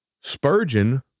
Spurgeon